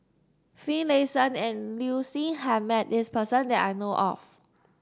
Finlayson and Liu Si has met this person that I know of